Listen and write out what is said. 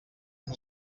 amb